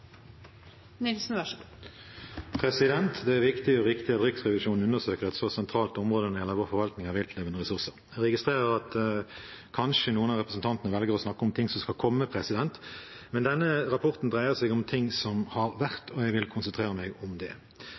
Det er viktig og riktig at Riksrevisjonen undersøker et så sentralt område når det gjelder vår forvaltning av viltlevende ressurser. Jeg registrerer at kanskje noen av representantene velger å snakke om ting som skal komme, men denne rapporten dreier seg om ting som har vært, og jeg vil konsentrere meg om det.